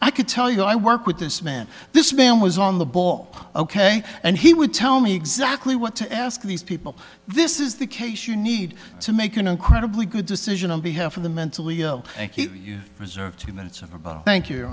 i could tell you i work with this man this man was on the ball ok and he would tell me exactly what to ask these people this is the case you need to make an incredibly good decision on behalf of the mentally ill thank you reserved the minutes of about thank you